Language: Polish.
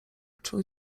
czuł